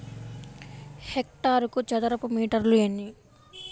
హెక్టారుకు చదరపు మీటర్లు ఎన్ని?